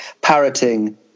parroting